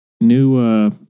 New